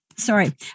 Sorry